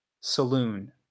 Saloon